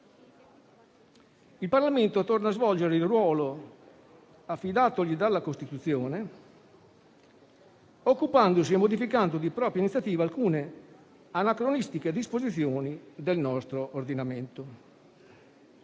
Il Parlamento torna a svolgere il ruolo affidatogli dalla Costituzione, occupandosi e modificando di propria iniziativa alcune anacronistiche disposizioni del nostro ordinamento.